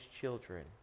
children